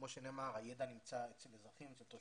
כמו שנאמר, הידע נמצא אצל אזרחים, אצל תושבים.